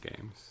games